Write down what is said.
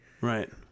Right